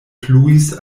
pluis